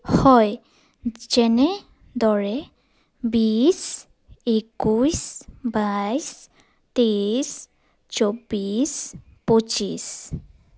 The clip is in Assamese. হয় যেনেদৰে বিছ একৈছ বাইছ তেইছ চৌবিছ পঁচিছ